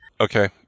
Okay